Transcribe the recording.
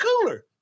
cooler